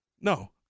No